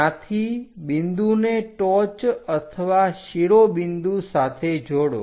ત્યાંથી બિંદુને ટોચ અથવા શીરો બિંદુ સાથે જોડો